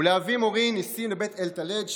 ואבי מורי ניסים לבית אלטלד,